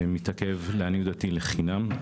שלעניות דעתי מתעכב לחינם.